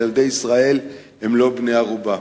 ילדי ישראל הם לא בני ערובה.